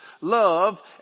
love